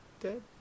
Dead